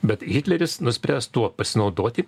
bet hitleris nuspręs tuo pasinaudoti